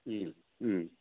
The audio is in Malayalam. മ്മ് മ്മ്